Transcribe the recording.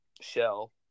shell